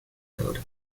code